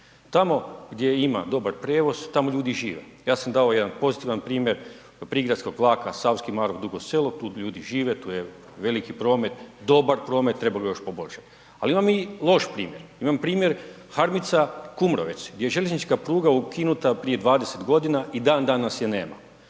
Tamo gdje ima dobar prijevoz, tamo ljudi žive. Ja sam dao jedan pozitivan primjer prigradskog vlaka, Savski Marof-Dugo Selo, tu ljudi žive, tu je veliki promet, dobar promet, trebalo bi ga još poboljšat. Ali imam i loš primjer, imam primjer Harmica-Kumrovec gdje je željeznički pruga ukinuta prije 20 g. i dan danas je nema.